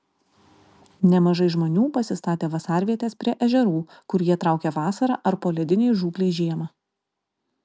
nemažai žmonių pasistatė vasarvietes prie ežerų kur jie traukia vasarą ar poledinei žūklei žiemą